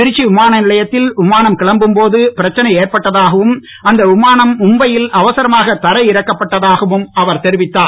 திருச்சி விமானநிலையத்தில் விமானம் கிளம்பும் போது பிரச்சனை ஏற்பட்டதாகவும் அந்த விமானம் மும்பையில் அவசரமாக தரை இறக்கப்பட்டதாகவும் அவர் தெரிவித்தார்